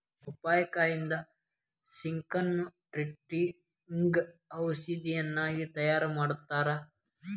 ಪಪ್ಪಾಯಿಕಾಯಿಂದ skin ಟ್ರಿಟ್ಮೇಟ್ಗ ಔಷಧಿಯನ್ನಾಗಿ ತಯಾರಮಾಡತ್ತಾರ